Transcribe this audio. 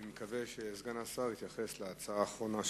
אני מקווה שסגן שר האוצר יתייחס להצעה האחרונה שלך.